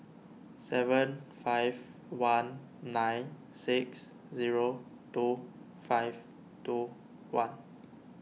seven five one nine six zero two five two one